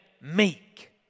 meek